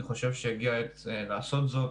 אני חושב שהגיעה העת לעשות זאת.